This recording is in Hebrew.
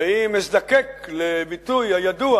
ואם אזדקק לביטוי הידוע